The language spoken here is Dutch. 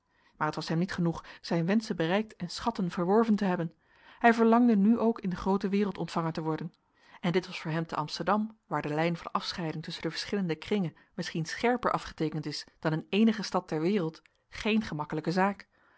maar het was hem niet genoeg zijne wenschen bereikt en schatten verworven te hebben hij verlangde nu ook in de groote wereld ontvangen te worden en dit was voor hem te amsterdam waar de lijn van afscheiding tusschen de verschillende kringen misschien scherper afgeteekend is dan in eenige stad ter wereld geen gemakkelijke zaak